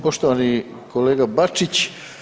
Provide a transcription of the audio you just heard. Poštovani kolega Bačić.